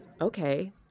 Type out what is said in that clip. Okay